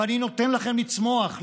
ואני נותן לכם לצמוח,